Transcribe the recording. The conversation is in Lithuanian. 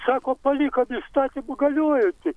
sako palikom įstatymą galiojantį